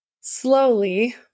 slowly